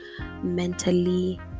mentally